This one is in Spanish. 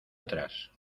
atrás